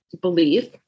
belief